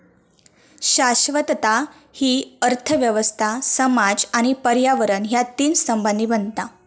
शाश्वतता हि अर्थ व्यवस्था, समाज आणि पर्यावरण ह्या तीन स्तंभांनी बनता